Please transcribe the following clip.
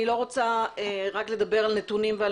אני לא רוצה רק לדבר על נתונים ועל